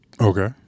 Okay